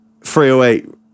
308